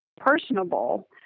personable